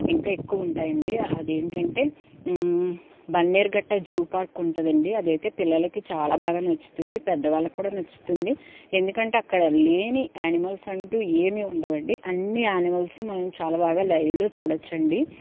ఇంకా ఎక్కువ ఉంటాయండి అదేమిటంటే బన్నేరుగట్ట జూ పార్క్ ఉంటుందండీ అదయితే పిల్లలకి చాలా బాగా నచ్చుతుంది పెద్ద వాళ్ళకు కూడా నచ్చుతుంది ఎందుకంటే అక్కడ లేని అనిమల్స్ అంటూ ఏమీ ఉండవండి అన్నీ అనిమల్స్ మనం చాలా బాగా లైవ్లో చూడచ్చండి